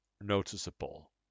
noticeable